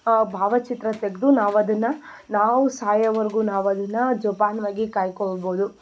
ಭಾವಚಿತ್ರ ತೆಗೆದು ನಾವು ಅದನ್ನು ನಾವು ಸಾಯೋವರ್ಗು ನಾವು ಅದನ್ನು ಜೋಪಾನವಾಗಿ ಕಾಯ್ಕೋಬೋದು